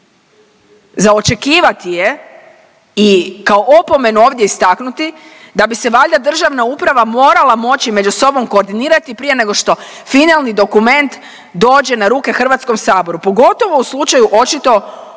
Za očekivati je i kao opomenu ovdje istaknuti da bi se valjda državna uprava morala moći među sobom koordinirati prije nego što finalni dokument dođe na ruke HS-u, pogotovo u slučaju očito ozbiljnih